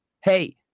hey